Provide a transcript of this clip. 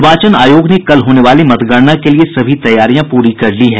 निर्वाचन आयोग ने कल होने वाली मतगणना के लिये सभी तैयारियां पूरी कर ली है